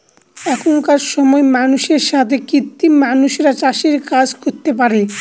এখনকার সময় মানুষের সাথে কৃত্রিম মানুষরা চাষের কাজ করতে পারে